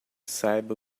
saiba